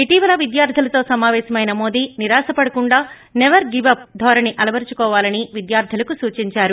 ఇటీవల విద్యార్ధులతో సమావేశమైన మోదీ నిరాశ పడకుండా సెవర్ గివ్అప్ ధోరణి అలవరచుకోవాలని విద్యార్దులకు సూచించారు